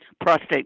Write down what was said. prostate